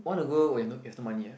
one ago when no you've no money ah